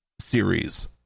series